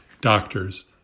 doctors